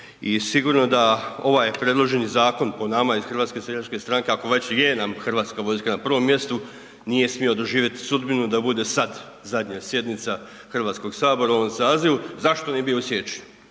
I sigurno da ovaj predloženi zakon, po nama iz HSS-a ako već je nam Hrvatska vojska na prvom mjestu nije smio doživjeti sudbinu da bude sad zadnja sjednica Hrvatskog sabora u ovom sazivu. Zašto nije bio